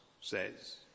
says